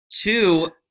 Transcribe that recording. Two